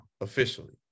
officially